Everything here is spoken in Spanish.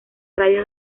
radio